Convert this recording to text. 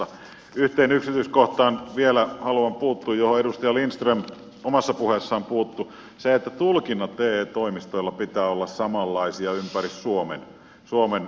vielä haluan puuttua yhteen yksityiskohtaan johon edustaja lindström omassa puheessaan puuttui siihen että tulkintojen te toimistoilla pitää olla samanlaisia ympäri suomen